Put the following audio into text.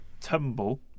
Tumble